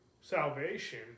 salvation